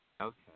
Okay